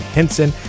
Henson